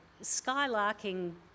Skylarking